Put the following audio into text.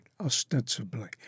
ostensibly